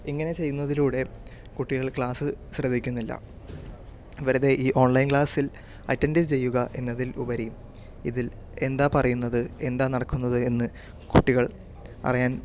ഇങ്ങനെ ചെയ്യുന്നതിലൂടെ കുട്ടികൾ ക്ലാസ്സ് ശ്രദ്ധിക്കുന്നില്ല വെറുതെ ഈ ഓൺലൈൻ ക്ലാസിൽ അറ്റൻഡൻസ് ചെയ്യുക എന്നതിൽ ഉപരി ഇതിൽ എന്താ പറയുന്നത് എന്താ നടക്കുന്നത് എന്ന് കുട്ടികൾ അറിയാൻ